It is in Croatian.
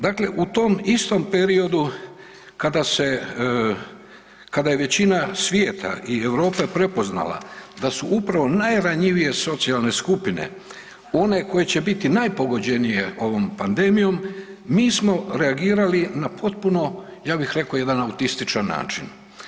Dakle, u tom istom periodu kada se, kada je većina svijeta i Europe prepoznala da su upravo najranjivije socijalne skupine, one koje će biti najpogođenije ovom pandemijom, mi smo reagirali na potpuno, ja bih rekao, jedan autističan način.